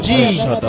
Jesus